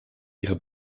ihre